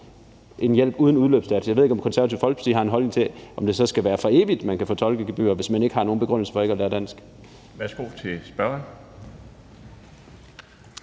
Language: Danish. en hjælp uden udløbsdato. Jeg ved ikke, om Det Konservative Folkeparti har en holdning til, om det så skal være for evigt, at man kan få et tolkegebyr, hvis man ikke har nogen begrundelse for ikke at kunne lære dansk. Kl. 13:28 Den